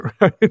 right